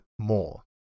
more